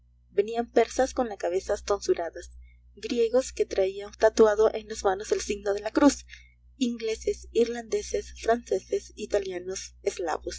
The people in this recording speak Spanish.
venían persas con las cabezas tonsuradas griegos que traían tatuado en las manos el signo de la cruz ingleses irlandeses franceses italianos